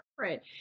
different